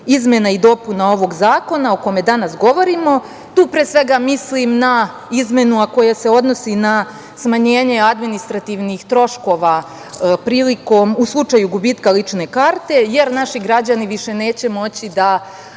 izmena i dopuna ovog zakona o kome danas govorimo, tu pre svega mislim na izmenu, a koja se odnosi na smanjenje administrativnih troškova u slučaju gubitka lične karte, jer naši građani više neće morati da